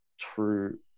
true